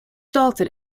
dalton